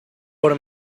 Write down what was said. por